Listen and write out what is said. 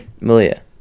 Malia